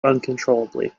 uncontrollably